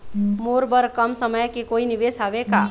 मोर बर कम समय के कोई निवेश हावे का?